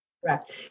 Correct